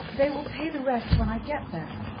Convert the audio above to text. they will pay the rest when i get there.